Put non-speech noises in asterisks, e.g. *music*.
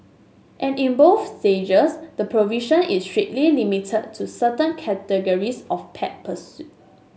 and in both *unintelligible* the provision is strictly limited to certain categories of pet pursuit